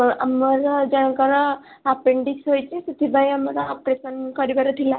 ଆମର ଜଣଙ୍କର ଆପେଣ୍ଡିକ୍ସ ହୋଇଛି ସେଥିପାଇଁ ଆମର ଅପରେସନ୍ କରିବାର ଥିଲା